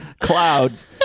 clouds